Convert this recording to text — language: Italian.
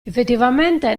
effettivamente